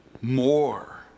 more